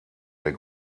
der